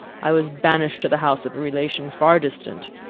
i was banished to the house of a relation far distant,